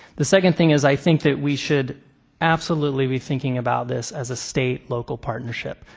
the second thing is i think that we should absolutely be thinking about this as a state-local partnership.